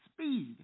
speed